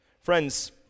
Friends